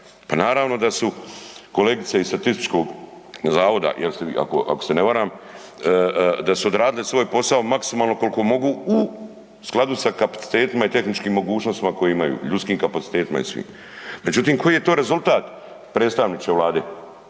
Pa naravno da su kolegice iz statističkog zavoda, .../nerazumljivo/... ako se ne varam, da su odradile svoj posao maksimalno koliko mogu u skladu sa kapacitetima i tehničkim mogućnostima koje imaju, ljudskim kapacitetima i svim. Međutim, koji je to rezultat, predstavniče Vlade?